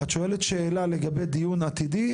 את שואלת שאלה לגבי דיון עתידי,